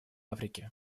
африки